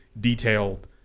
detailed